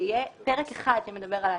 שיהיה פרק אחד שמדבר על האשראי.